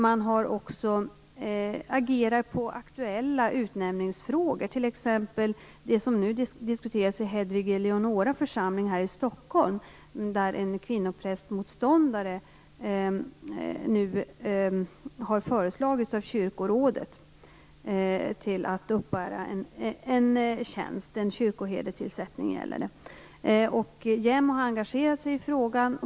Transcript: Man har också agerat i aktuella utnämningsfrågor, t.ex. det som nu diskuteras i Hedvig Eleonora församling här i Stockholm, där kyrkorådet har föreslagit en kvinnoprästmotståndare att uppbära en kyrkoherdetjänst. JämO engagerar sig i frågan.